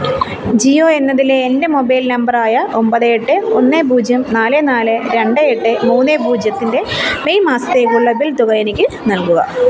ജിയോ എന്നതിലെ എൻ്റെ മൊബൈൽ നമ്പറായ ഒമ്പത് എട്ട് ഒന്ന് പൂജ്യം നാല് നാല് രണ്ട് എട്ട് മൂന്ന് പൂജ്യത്തിൻ്റെ മെയ് മാസത്തേക്കുള്ള ബിൽ തുക എനിക്ക് നൽകുക